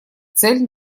цель